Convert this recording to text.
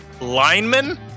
Lineman